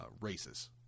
races